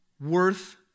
worth